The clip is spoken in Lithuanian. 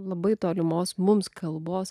labai tolimos mums kalbos